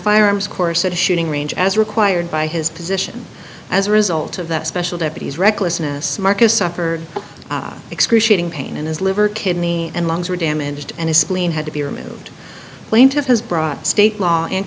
firearms course at a shooting range as required by his position as a result of that special deputy's recklessness marcus suffered excruciating pain in his liver kidney and lungs were damaged and his spleen had to be removed plaintiff has brought state law and